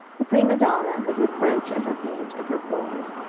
the prima donna, with her french, and her paint, and her pearls,